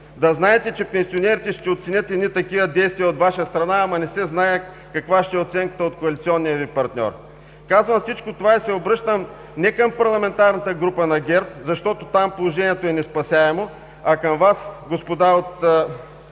Да знаете, че пенсионерите ще оценят едни такива действия от Ваша страна, ама не се знае каква ще е оценката от коалиционния Ви партньор. Казвам всичко това и се обръщам не към парламентарната група на ГЕРБ, защото там положението е неспасяемо, а към Вас, господа, от